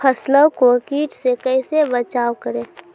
फसलों को कीट से कैसे बचाव करें?